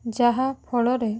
ଯାହାଫଳରେ